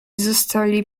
zostali